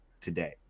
today